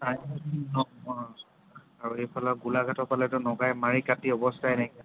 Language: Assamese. আৰু এইফালে গোলাঘাটৰ ফালেতো নগাই মাৰি কাটি অৱস্থাই নাইকিয়া